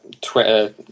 Twitter